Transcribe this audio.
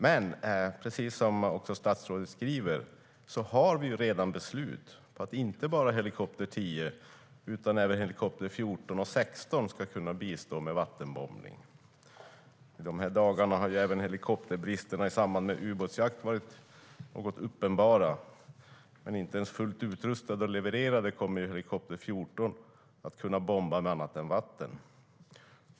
Men, precis som statsrådet skriver, det finns redan beslut om att inte bara helikopter 10 utan även helikopter 14 och 16 ska kunna bistå med vattenbombning. Under dessa dagar har även helikopterbristerna i samband med ubåtsjakt varit uppenbara, men inte ens fullt utrustade och levererade helikopter 14 kommer att kunna bomba annat än med vatten.